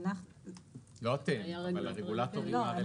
לא אתם אלא הרגולטורים הרלוונטיים.